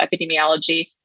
Epidemiology